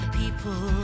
people